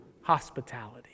hospitality